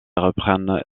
reprennent